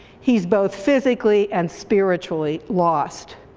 he's both physically and spiritually lost.